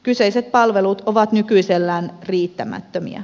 kyseiset palvelut ovat nykyisellään riittämättömiä